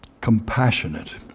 compassionate